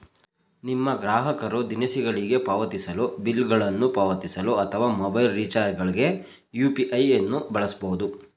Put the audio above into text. ನಿಮ್ಮ ಗ್ರಾಹಕರು ದಿನಸಿಗಳಿಗೆ ಪಾವತಿಸಲು, ಬಿಲ್ ಗಳನ್ನು ಪಾವತಿಸಲು ಅಥವಾ ಮೊಬೈಲ್ ರಿಚಾರ್ಜ್ ಗಳ್ಗೆ ಯು.ಪಿ.ಐ ನ್ನು ಬಳಸಬಹುದು